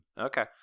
Okay